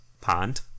pond